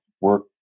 work